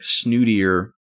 snootier